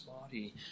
body